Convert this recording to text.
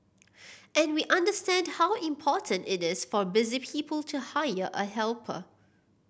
and we understand how important it is for busy people to hire a helper